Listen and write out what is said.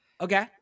Okay